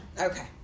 Okay